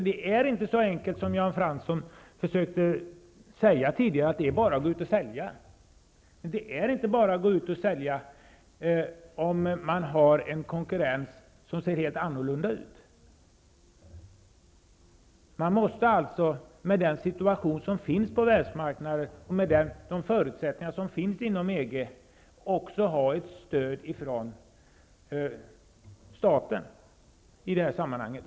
Det är inte så enkelt som Jan Fransson försökte säga tidigare, att det bara är att gå ut och sälja, om man har en konkurrent med helt annorlunda profil. Man måste med den situation som råder på världsmarknaden och med de förutsättningar som gäller inom EG också få ett stöd från staten i det här sammanhanget.